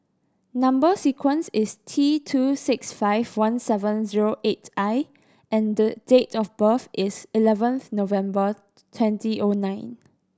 number sequence is T two six five one seven zero eight I and date of birth is eleventh November twenty O nine